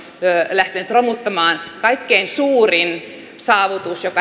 lähtenyt romuttamaan kaikkein suurinta saavutusta joka ehkä